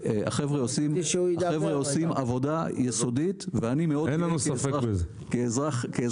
החבר'ה עושים עבודה יסודית ואני מאוד גאה כאזרח ישראלי.